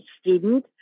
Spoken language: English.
student